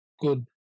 good